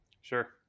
Sure